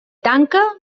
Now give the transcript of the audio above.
tanca